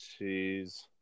Jeez